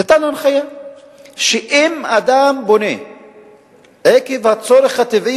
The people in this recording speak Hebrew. נתן הנחיה שאם אדם בונה עקב הצורך הטבעי